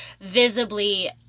visibly